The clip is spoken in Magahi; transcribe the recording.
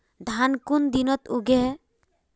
धान कुन दिनोत उगैहे